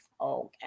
Okay